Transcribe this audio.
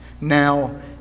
now